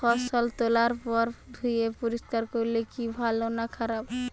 ফসল তোলার পর ধুয়ে পরিষ্কার করলে কি ভালো না খারাপ?